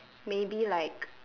maybe like